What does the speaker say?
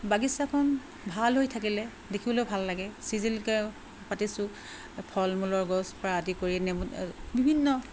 বাগিচাখন ভাল হৈ থাকিলে দেখিবলৈ ভাল লাগে চিজিলকৈ পাতিছোঁ ফল মূলৰ গছ পৰা আদি কৰি নেমু বিভিন্ন